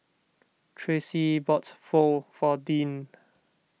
Tracy bought Pho for Deann